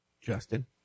Justin